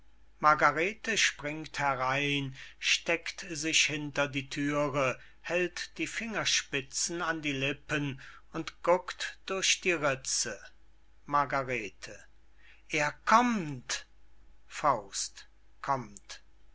margarete springt herein steckt sich hinter die thür hält die fingerspitze an die lippen und guckt durch die ritze margarete er kommt faust kommt